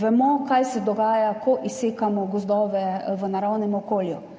Vemo, kaj se dogaja, ko izsekamo gozdove v naravnem okolju.